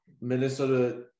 Minnesota